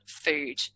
food